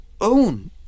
own